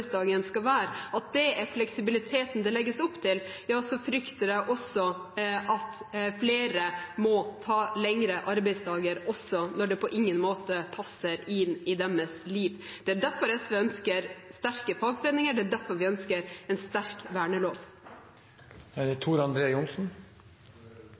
arbeidsdagen skal være – at det er fleksibiliteten det legges opp til – ja, så frykter jeg at flere må ta lengre arbeidsdager, også når det på ingen måte passer inn i deres liv. Det er derfor SV ønsker sterke fagforeninger, og det er derfor vi ønsker en sterk